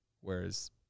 whereas